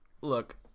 Look